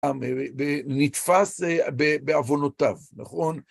נתפס בעוונותיו, נכון?